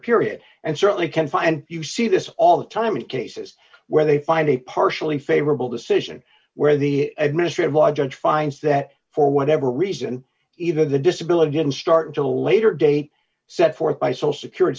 period and certainly can find you see this all the time in cases where they find a partially favorable decision where the administrative law judge finds that for whatever reason either the disability and start to a later date set forth by so secur